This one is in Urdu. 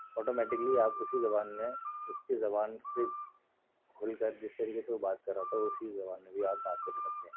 آٹومیٹکلی آپ اُسی زبان میں اُس کی زبان سے کُھل کر جس طریقے سے وہ بات کر رہا ہوتا ہے وہ اُسی زبان میں بھی آپ بات کرنے لگتے ہیں